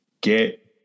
Get